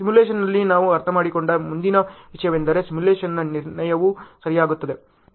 ಸಿಮ್ಯುಲೇಶನ್ನಲ್ಲಿ ನಾವು ಅರ್ಥಮಾಡಿಕೊಂಡ ಮುಂದಿನ ವಿಷಯವೆಂದರೆ ಸಿಮ್ಯುಲೇಶನ್ನ ನಿರ್ಣಯವು ಸರಿಯಾಗುತ್ತದೆ